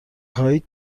خواهید